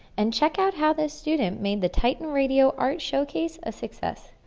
and check out how this student made the titan radio art showcase a success.